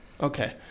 Okay